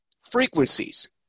frequencies